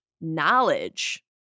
Knowledge